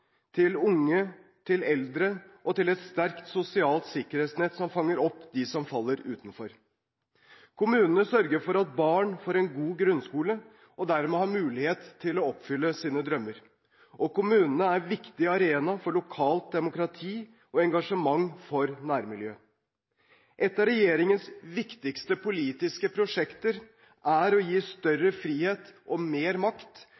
spedbarn, unge og eldre og til et sterkt sosialt sikkerhetsnett som fanger opp dem som faller utenfor. Kommunene sørger for at barn får en god grunnskole og dermed har mulighet til å oppfylle sine drømmer. Og kommunene er viktige arenaer for lokalt demokrati og engasjement for nærmiljøet. Et av regjeringens viktigste politiske prosjekter er å gi større frihet og mer makt